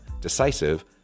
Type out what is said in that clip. decisive